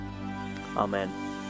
Amen